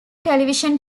television